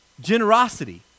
generosity